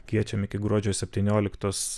kviečiam iki gruodžio septynioliktos